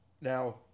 Now